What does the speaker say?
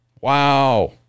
wow